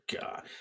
God